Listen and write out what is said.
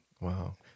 Wow